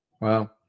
Wow